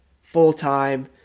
full-time